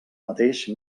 mateix